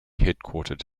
headquartered